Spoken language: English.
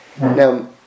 Now